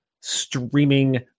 streaming